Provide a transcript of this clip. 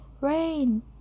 Rain